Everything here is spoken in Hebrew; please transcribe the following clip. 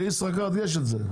לישראכרט יש את זה.